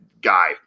guy